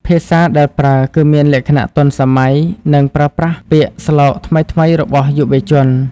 ភាសាដែលប្រើ គឺមានលក្ខណៈទាន់សម័យ និងប្រើប្រាស់ពាក្យស្លោកថ្មីៗរបស់យុវជន។